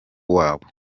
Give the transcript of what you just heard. wabo